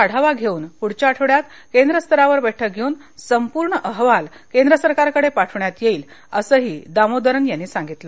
आढावा घेऊन पुढच्या आठवड्यात केंद्र स्तरावर बैठक घेऊन संपूर्ण अहवाल केंद्र सरकारकडे पाठवण्यात येईल असंही दामोदरन यांनी सांगितलं